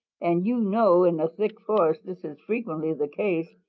and you know in a thick forest this is frequently the case,